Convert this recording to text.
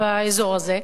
באזור הזה.